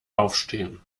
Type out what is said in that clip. aufstehen